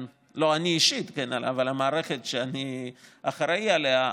לא אני אישית אלא המערכת שאני אחראי לה,